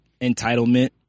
entitlement